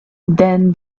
then